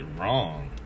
wrong